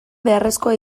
beharrezkoa